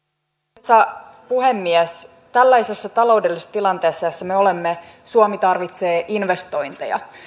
arvoisa puhemies tällaisessa taloudellisessa tilanteessa jossa me olemme suomi tarvitsee investointeja